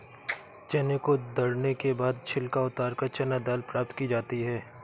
चने को दरने के बाद छिलका उतारकर चना दाल प्राप्त की जाती है